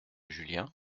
julien